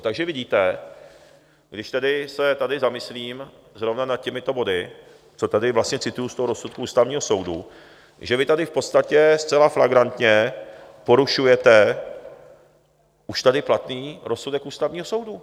Takže vidíte, když se tady zamyslím zrovna nad těmito body, co tady vlastně cituji z toho rozsudku Ústavního soudu, že vy tady v podstatě zcela flagrantně porušujete už tady platný rozsudek Ústavního soudu.